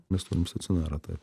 mes turim stacionarą taip